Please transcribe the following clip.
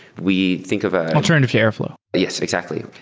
we think of ah alternative to airfl ow yes. exactly.